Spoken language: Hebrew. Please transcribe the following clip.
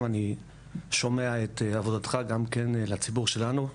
אני שומע את עבודתך גם כן לציבור שלנו,